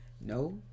No